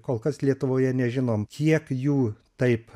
kol kas lietuvoje nežinom kiek jų taip